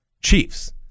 Chiefs